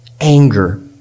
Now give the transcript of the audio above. anger